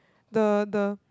the the